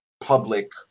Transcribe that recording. public